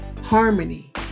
harmony